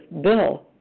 Bill